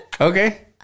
Okay